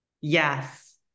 Yes